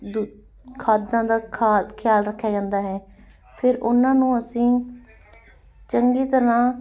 ਦੁ ਖਾਦਾਂ ਦਾ ਖਾ ਖਿਆਲ ਰੱਖਿਆ ਜਾਂਦਾ ਹੈ ਫਿਰ ਉਹਨਾਂ ਨੂੰ ਅਸੀਂ ਚੰਗੀ ਤਰ੍ਹਾਂ